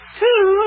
two